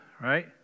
right